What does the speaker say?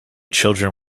children